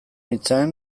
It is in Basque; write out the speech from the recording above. nintzen